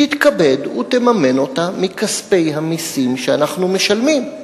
תתכבד ותממן אותה מכספי המסים שאנחנו משלמים.